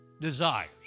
desires